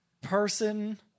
Person